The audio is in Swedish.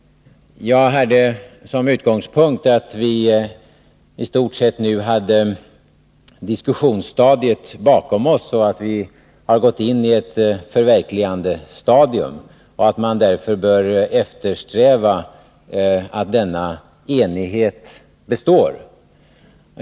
Jag hade som utgångspunkt att vi i stort sett nu hade diskussionsstadiet bakom oss, att vi har gått in i ett förverkligandestadium och att man därför bör eftersträva att denna enighet består.